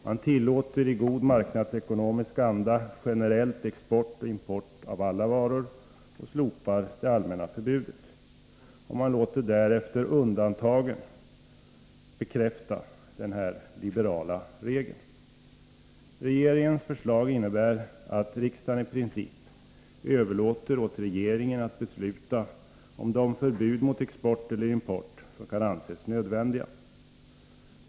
Man tillåter, i god marknadsekonomisk anda, generellt import och export av alla varor och slopar det allmänna förbudet och låter därefter undantagen bekräfta denna liberala regel. Regeringens förslag innebär att riksdagen i princip överlåter åt regeringen att besluta om de förbud mot export eller import som kan anses nödvändiga.